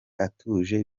atuje